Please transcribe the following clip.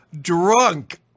drunk